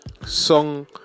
Song